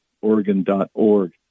Oregon.org